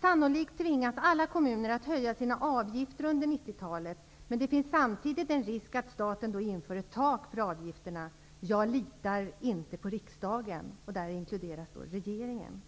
''Sannolikt tvingas alla kommuner att höja sina avgifter under 1990-talet, men det finns samtidigt en risk att staten då inför ett tak för avgifterna. Jag litar inte på riksdagen!'' Där inkluderas då regeringen.